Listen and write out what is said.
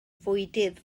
fwydydd